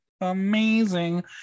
amazing